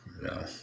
no